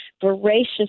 Voracious